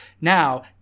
Now